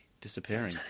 Disappearing